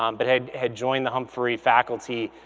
um but had had joined the humphrey faculty,